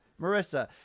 Marissa